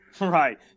Right